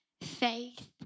faith